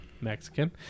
Mexican